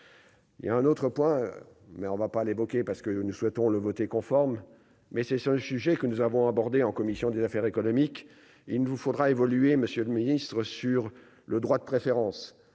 Il y a un autre point, mais on ne va pas l'évoquer, parce que nous souhaitons-le voté conforme, mais c'est sur le sujet que nous avons abordés en commission des affaires économiques, il ne vous faudra évoluer, monsieur le ministre, sur le droit de préférence